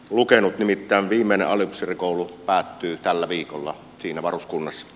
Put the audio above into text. nimittäin viimeinen aliupseerikoulu päättyy tällä viikolla siinä varuskunnassa